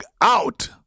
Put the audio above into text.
out